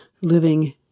living